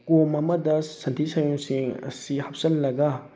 ꯀꯣꯝ ꯑꯃꯗ ꯁꯟꯊꯤ ꯁꯟꯌꯨꯡꯁꯤꯡ ꯑꯁꯤ ꯍꯥꯞꯆꯤꯜꯂꯒ